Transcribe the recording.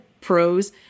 pros